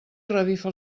revifa